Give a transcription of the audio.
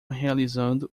realizando